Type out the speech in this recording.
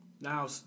now